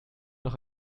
noch